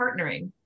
partnering